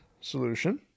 solution